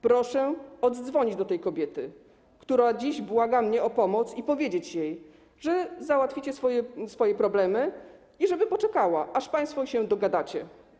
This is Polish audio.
Proszę oddzwonić do tej kobiety, która dziś błaga mnie o pomoc, i powiedzieć jej, że załatwiacie swoje problemy, żeby poczekała, aż państwo się dogadacie.